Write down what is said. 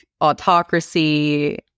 autocracy